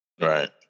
Right